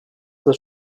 the